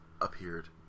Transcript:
appeared